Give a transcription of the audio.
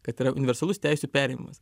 kad yra universalus teisių perėmimas